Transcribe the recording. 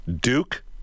Duke